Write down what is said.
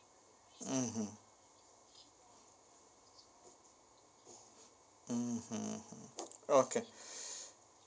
mmhmm mmhmm hmm okay